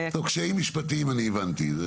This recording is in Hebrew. קשיים משפטיים, הבנתי.